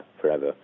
forever